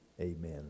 amen